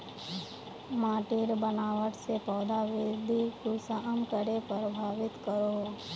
माटिर बनावट से पौधा वृद्धि कुसम करे प्रभावित करो हो?